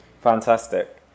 Fantastic